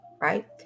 right